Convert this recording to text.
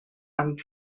amb